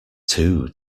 two